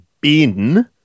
bin